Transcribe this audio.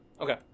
Okay